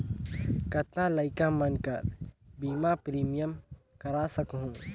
कतना लइका मन कर बीमा प्रीमियम करा सकहुं?